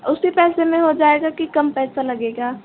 उसी पैसे में हो जाएगा कि कम पैसा लगेगा